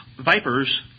vipers